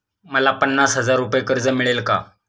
मला पन्नास हजार रुपये कर्ज मिळेल का?